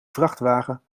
vrachtwagen